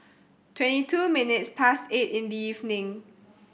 twenty two minutes past eight in the evening